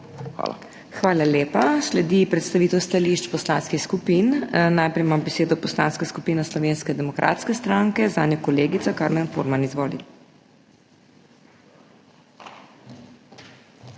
HOT: Hvala lepa. Sledi predstavitev stališč poslanskih skupin. Najprej ima besedo Poslanska skupina Slovenske demokratske stranke, zanjo kolegica Karmen Furman. Izvoli.